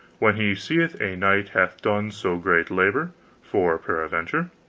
when he seeth a knight hath done so great labour for peradventure,